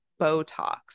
Botox